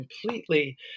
completely